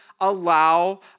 allow